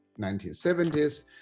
1970s